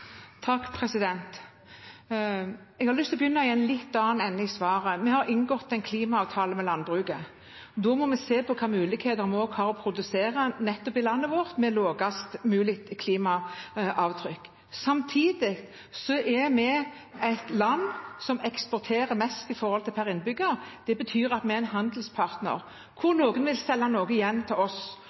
Jeg har lyst til å begynne i en litt annen ende i svaret. Vi har inngått en klimaavtale med landbruket. Da må vi se på hvilke muligheter vi har i landet vårt til å produsere med lavest mulig klimaavtrykk. Samtidig er vi det landet som eksporterer mest per innbygger. Det betyr at vi er en handelspartner, og at noen vil selge noe igjen til oss,